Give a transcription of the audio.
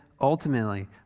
ultimately